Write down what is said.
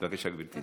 בבקשה, גברתי.